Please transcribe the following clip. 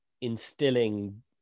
instilling